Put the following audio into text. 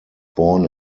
born